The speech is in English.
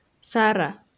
Sarah